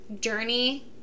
journey